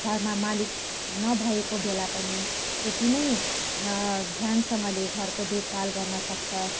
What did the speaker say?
घरमा मालिक नभएको बेला पनि त्यति नै ध्यानसँगले घरको देखभाल गर्न सक्छ